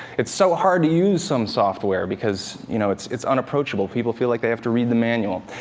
it's so hard to use some software because, you know, it's it's unapproachable, people feel like they have to read the manual.